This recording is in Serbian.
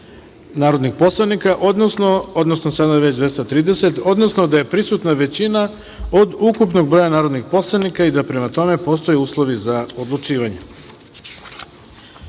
narodnih poslanika trenutno, odnosno sada već 230, odnosno da je prisutna većina od ukupnog broja narodnih poslanika i da prema tome postoje uslovi za odlučivanje. Pošto